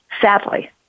Sadly